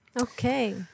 Okay